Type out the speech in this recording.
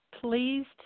pleased